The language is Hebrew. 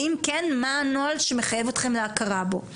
ואם כן, מה הנוהל שמחייב אתכם להכרה בו.